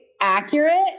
accurate